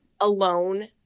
alone